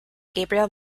gabriel